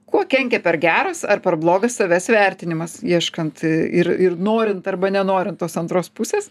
kuo kenkia per geras ar per blogas savęs vertinimas ieškant ir ir norint arba nenorint tos antros pusės